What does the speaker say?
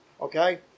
Okay